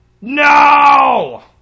No